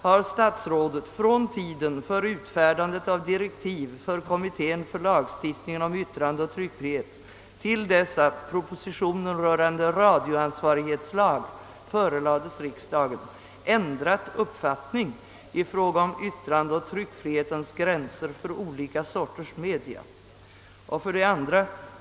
Har statsrådet från tiden för utfärdandet av direktiv för kommittén för lagstiftningen om yttrandeoch tryckfrihet till dess proposition rörande radioansvarighetslag förelades riksdagen ändrat uppfattning i fråga om yttrandeoch tryckfrihetens gränser för olika sorters media? 2.